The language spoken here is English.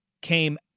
came